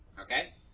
Okay